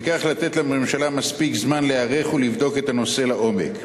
וכך לתת לממשלה מספיק זמן להיערך ולבדוק את הנושא לעומק.